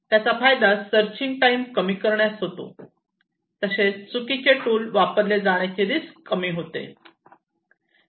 त्याचा फायदा searching time कमी करण्यास होतो तसेच चुकीचे टूल वापरले जाण्याचे रिस्क कमी होते